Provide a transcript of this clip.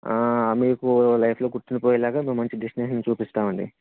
మీకు లైఫ్లో గుర్తుండిపోయేలాగా మేం మంచి డెస్టినేషన్ చూపిస్తామండి